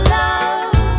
love